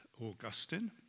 Augustine